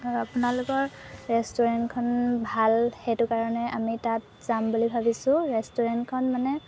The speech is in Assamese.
আপোনালোকৰ ৰেষ্টুৰেণ্টখন ভাল সেইটো কাৰণে আমি তাত যাম বুলি ভাবিছোঁ ৰেষ্টুৰেণ্টখন মানে